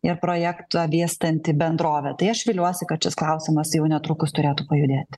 ir projektą dėstanti bendrovė tai aš viliuosi kad šis klausimas jau netrukus turėtų pajudėti